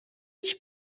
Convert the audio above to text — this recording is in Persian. هیچ